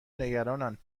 نگرانند